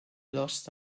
lost